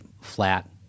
flat